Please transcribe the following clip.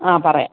ആ പറയാം